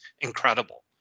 incredible